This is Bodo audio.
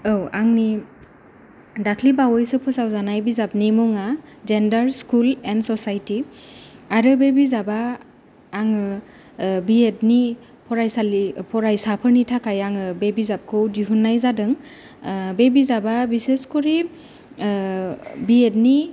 औ आंनि दाख्लि बावैसो फोसावजानाय बिजाबनि मुङा जेनदार्स स्कुल एन ससाइटि आरो बे बिजाबा आङो बि येटनि फरायसाफोरनि थाखाय आङो बे बिजाबखौ दिहुननाय जादों बे बिजाबा बिसेस करि भियेटनि